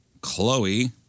Chloe